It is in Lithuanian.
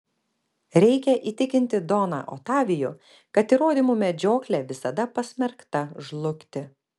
reikia įtikinti doną otavijų kad įrodymų medžioklė visada pasmerkta žlugti